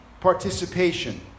participation